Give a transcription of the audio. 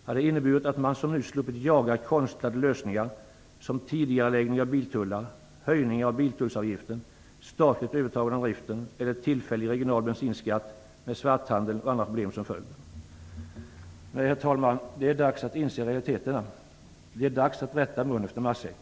Det hade inneburit att man, som nu är fallet, hade sluppit jaga konstlade lösningar som tidigareläggning av biltullar, höjningar av biltullsavgiften, statligt övertagande av driften eller tillfällig regional bensinskatt, med svarthandel och andra problem som följd. Nej, herr talman, det är dags att inse realiteterna. Det är dags att rätta mun efter matsäck.